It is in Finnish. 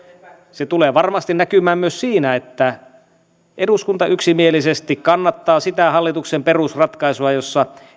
se tulee varmasti näkymään myös siinä että eduskunta yksimielisesti kannattaa sitä hallituksen perusratkaisua jossa